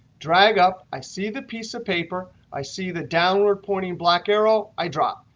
drag up, i see the piece of paper, i see the downward-pointing black arrow, i drop.